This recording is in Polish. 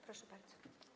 Proszę bardzo.